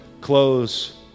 Close